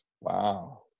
wow